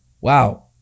wow